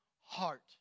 heart